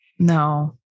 No